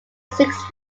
six